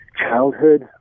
Childhood